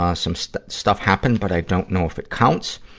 ah some stuff stuff happened, but i don't know if it counts.